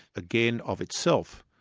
again, of itself,